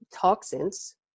toxins